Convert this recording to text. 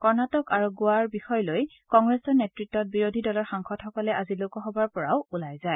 কৰ্ণটিক আৰু গোৱাৰ বিষয় লৈ কংগ্ৰেছৰ নেত়ত্বত বিৰোধী দলৰ সাংসদসকলে আজি লোকসভাৰ পৰাও ওলাই যায়